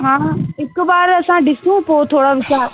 हा हिक बार असां ॾिसूं पोइ थोरा वीचार